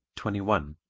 twenty one.